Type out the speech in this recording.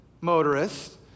motorists